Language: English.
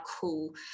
cool